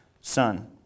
Son